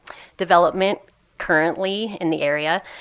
development currently in the area.